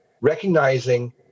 recognizing